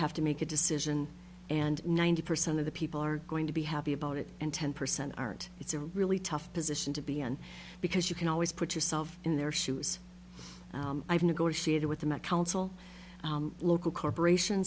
have to make a decision and ninety percent of the people are going to be happy about it and ten percent art it's a really tough position to be in because you can always put yourself in their shoes i've negotiated with them at council local corporation